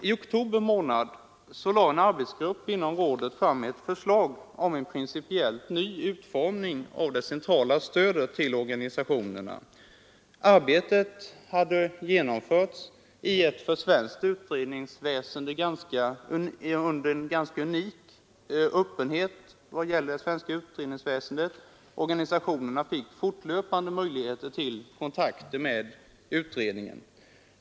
I oktober månad lade en arbetsgrupp inom rådet fram ett förslag om en principiellt ny utformning av det centrala stödet till organisationerna. Arbetet har genomförts i en för svenskt utredningsväsende ganska unik öppenhet. Organisatonerna fick fortlöpande möjligheter till kontakter med utredningen.